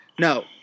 No